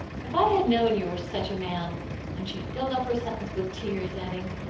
if i had known you were such a man and she filled up her sentence with tears, adding,